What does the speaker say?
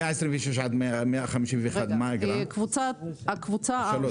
זה עד 151,000. מהי האגרה בקבוצה של 126,000 עד 151,000?